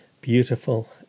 beautiful